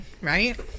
right